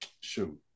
shoot